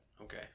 Okay